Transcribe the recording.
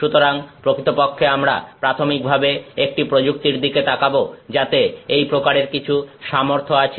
সুতরাং প্রকৃতপক্ষে আমরা প্রাথমিকভাবে একটি প্রযুক্তির দিকে তাকাবো যাতে এই প্রকারের কিছু সামর্থ্য আছে